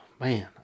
man